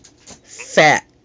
Fat